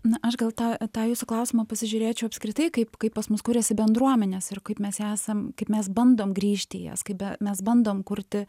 na aš gal tą tą jūsų klausimą pasižiūrėčiau apskritai kaip kai pas mus kuriasi bendruomenės ir kaip mes esam kaip mes bandom grįžti į jas kaip e mes bandom kurti